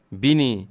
bini